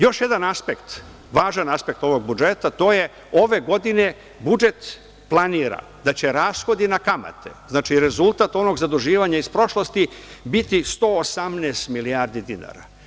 Još jedan aspekt ostvarivanja toga, važan aspekt ovog budžeta je da ove godine budžet planira da će rashodi na kamate, rezultat onog zaduživanja iz prošlosti biti 118 milijardi dinara.